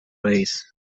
race